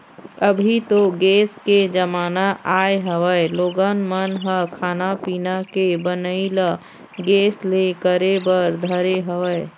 अभी तो गेस के जमाना आय हवय लोगन मन ह खाना पीना के बनई ल गेस ले करे बर धरे हवय